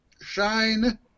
Shine